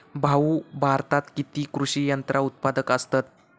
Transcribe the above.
भाऊ, भारतात किती कृषी यंत्रा उत्पादक असतत